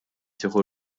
tieħu